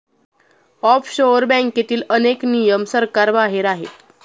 offshore बँकेतील अनेक नियम सरकारबाहेर आहेत